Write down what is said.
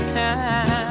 time